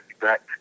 back